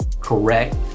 correct